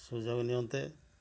ସୁଯୋଗ ନିଅନ୍ତେ